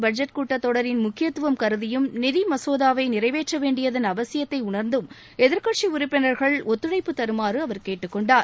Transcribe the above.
budget கூட்டத்தொடரின் முக்கியத்துவம் கருதியும் நிதி மசோதாவை நிறைவேற்ற வேண்டியதன் நடப்பு அவசியத்தை உணர்ந்தும் எதிர்கட்சி உறுப்பினர்கள் ஒத்துழைப்பு தருமாறு அவர் கேட்டுக்கொண்டார்